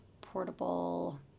portable